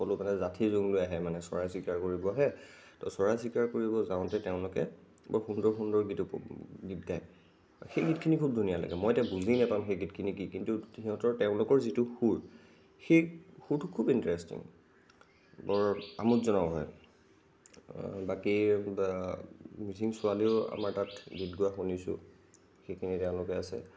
সকলো মানে যাঠি জোং লৈ আহে মানে চৰাই চিৰিকতি চিকাৰ কৰিব আহে ত' চৰাই চিকাৰ কৰিব যাওঁতে তেওঁলোকে বৰ সুন্দৰ সুন্দৰ গীত উপভোগ গীত গায় সেই গীতখিনি খুব ধুনীয়া লাগে মই এতিয়া বুজি নাপাম সেই গীতখিনি কি কি কিন্তু সিহঁতৰ তেওঁলোকৰ যিটো সুৰ সেই সুৰটো খুব ইণ্টাৰেষ্টিং বৰ আমোদজনক হয় বাকী মিচিং ছোৱালীও আমাৰ তাত গীত গোৱা শুনিছোঁ সেইখিনি তেওঁলোকে আছে